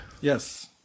Yes